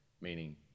Meaning